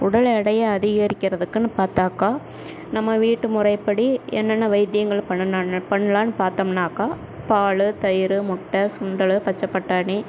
உடல் எடையை அதிகரிக்கிறதுக்குனு பார்த்தாக்கா நம்ம வீட்டு முறைப்படி என்னென்ன வைத்தியங்கள் பண்ணணும் பண்ணலான்னு பார்த்தோம்னாக்கா பால் தயிர் முட்டை சுண்டல் பச்சைப்பட்டாணி